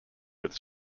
its